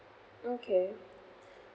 okay